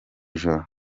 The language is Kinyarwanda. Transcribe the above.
joro